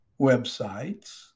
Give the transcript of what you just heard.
websites